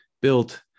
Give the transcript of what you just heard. built